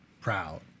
proud